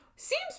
Seems